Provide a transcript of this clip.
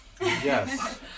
Yes